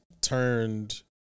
turned